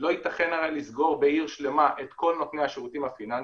לא ייתכן הרי לסגור בעיר שלמה את כל נותני השירותים הפיננסיים,